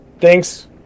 Thanks